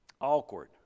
awkward